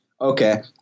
okay